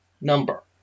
number